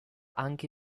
anche